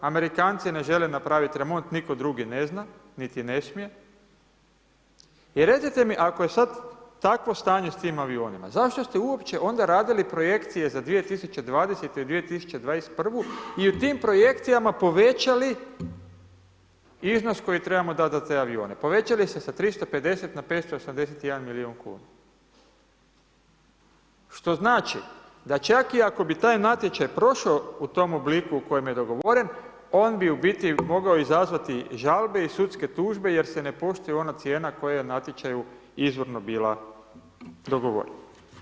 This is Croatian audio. Amerikanci ne žele napraviti remont, nitko drugi ne zna, niti ne smije, i recite mi ako je sad takvo stanje s tim avionima, zašto ste uopće onda radili projekcije za 2020. i 2021., i u tim projekcijama povećali iznos koji trebamo dati za te avione, povećali ste sa 350 na 581 milijun kuna, što znači da čak iako bi taj natječaj prošao u tom obliku u kojem je dogovoren, on bi u biti mogao izazvati žalbe u sudske tužbe jer se ne poštuje ona cijena koja je u natječaju izvorno bila dogovorena.